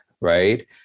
right